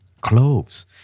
cloves